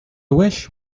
wish